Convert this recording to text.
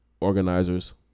Organizers